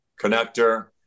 connector